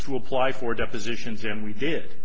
to apply for depositions and we did